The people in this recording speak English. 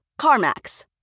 CarMax